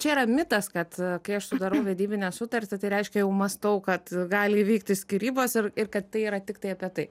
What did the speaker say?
čia yra mitas kad kai aš sudarau vedybinę sutartį tai reiškia jau mąstau kad gali įvykti skyrybos ir ir kad tai yra tiktai apie tai